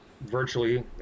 virtually